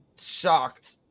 shocked